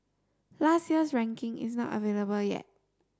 last year's ranking is not available yet